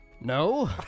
No